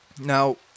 Now